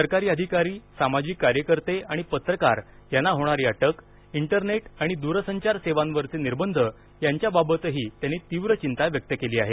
सरकारी अधिकारी सामाजिक कार्यकर्ते आणि पत्रकार यांना होणारी अटक इंटरनेट आणि दूरसंचार सेवांवरचे निर्बंध यांच्याबाबतही त्यांनी तीव्र चिंता व्यक्त केली आहे